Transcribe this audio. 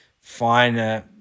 finer